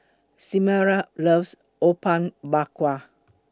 Samira loves Apom Berkuah